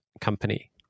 company